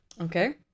Okay